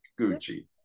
Gucci